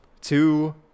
two